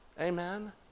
Amen